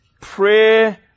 prayer